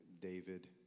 David